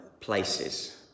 places